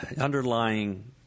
underlying